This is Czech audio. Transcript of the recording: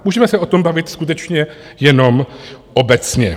Můžeme se o tom bavit skutečně jenom obecně.